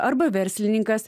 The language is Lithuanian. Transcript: arba verslininkas